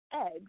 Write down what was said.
eggs